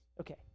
Okay